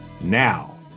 now